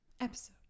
episode